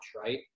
right